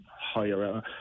higher